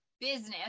business